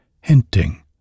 hinting